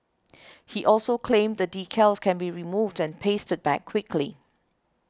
he also claimed the decals can be removed and pasted back quickly